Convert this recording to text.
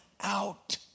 out